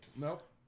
Nope